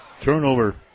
Turnover